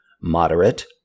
moderate